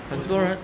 let's go right